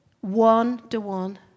one-to-one